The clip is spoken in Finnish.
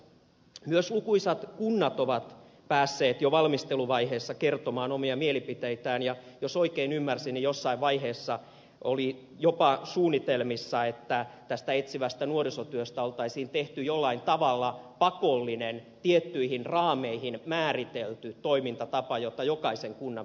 myös lukuisat kunnat ovat päässeet jo valmisteluvaiheessa kertomaan omia mielipiteitään ja jos oikein ymmärsin niin jossain vaiheessa oli jopa suunnitelmissa että etsivästä nuorisotyöstä olisi tehty jollain tavalla pakollinen tiettyihin raameihin määritelty toimintatapa jota jokaisen kunnan pitäisi noudattaa